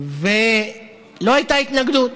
ולא הייתה התנגדות,